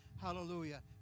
hallelujah